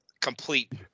complete